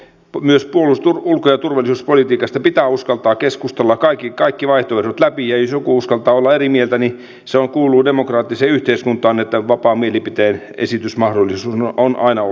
myös ulko ja turvallisuuspolitiikasta pitää uskaltaa keskustella kaikki vaihtoehdot läpi ja jos joku uskaltaa olla eri mieltä niin se kuuluu demokraattiseen yhteiskuntaan että vapaa mielipiteen esitysmahdollisuus on aina olemassa